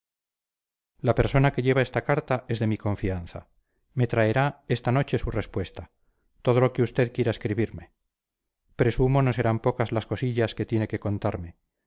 la persona que lleva esta carta es de mi confianza me traerá esta noche su respuesta todo lo que usted quiera escribirme presumo no serán pocas las cosillas que tiene que contarme